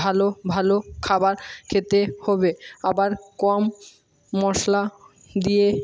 ভালো ভালো খাবার খেতে হবে আবার কম মশলা দিয়ে